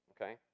Okay